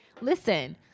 listen